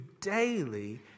daily